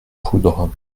poudre